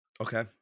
Okay